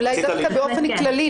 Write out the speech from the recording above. אולי דווקא באופן כללי,